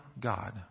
God